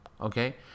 okay